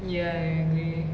ya I agree